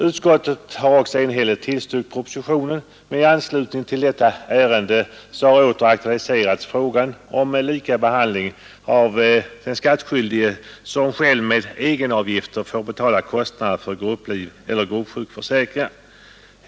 Utskottet har också enhälligt tillstyrkt propositionen, men i anslutning till detta ärende har åter aktualiserats frågan om lika behandling av skattskyldig som själv med egenavgifter får betala kostnaden för gruppliveller gruppsjukförsäkring.